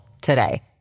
today